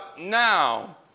now